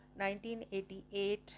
1988